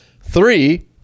Three